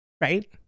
Right